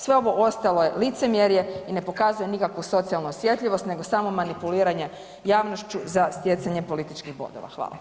Sve ovo ostalo je licemjerje i ne pokazuje nikakvu socijalnu osjetljivost nego samo manipuliranje javnošću za stjecanje političkih bodova.